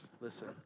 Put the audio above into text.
listen